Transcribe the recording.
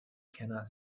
cannot